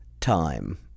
time